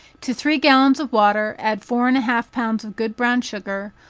to three gallons of water, add four and a half pounds of good brown sugar,